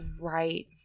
right